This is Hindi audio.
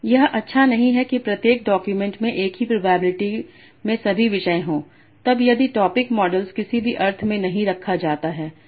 यह अच्छा नहीं है कि प्रत्येक डॉक्यूमेंट में एक ही प्रोबेबिलिटी में सभी विषय हों तब यदि टॉपिक मॉडल्स किसी भी अर्थ में नहीं रखा जाता है